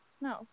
No